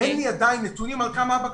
אין לי עדיין נתונים על כמה הבקשות.